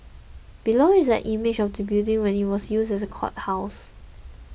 below is an image of the building when it was used as a courthouse